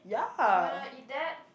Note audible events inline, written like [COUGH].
[NOISE] you wanna eat that